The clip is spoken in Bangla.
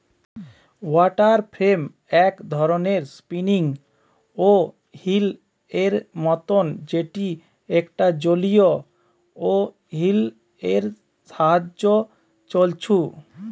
ওয়াটার ফ্রেম এক ধরণের স্পিনিং ওহীল এর মতন যেটি একটা জলীয় ওহীল এর সাহায্যে ছলছু